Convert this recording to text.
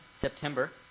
September